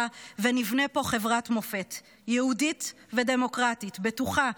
ונבנה פה חברת מופת יהודית ודמוקרטית בטוחה,